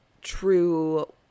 true